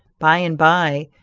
by and by,